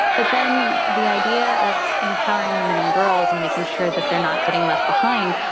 but then the idea of empowering women and girls and making sure that they are not getting left behind,